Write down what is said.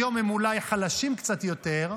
היום הם אולי חלשים קצת יותר,